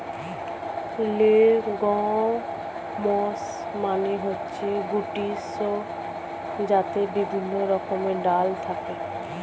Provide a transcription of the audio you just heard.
legumes মানে হচ্ছে গুটি শস্য যাতে বিভিন্ন রকমের ডাল থাকে